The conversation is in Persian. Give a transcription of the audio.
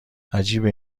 عجیبه